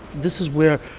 this is where